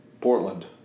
Portland